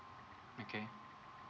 okay